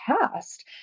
past